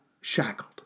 shackled